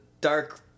dark